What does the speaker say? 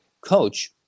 coach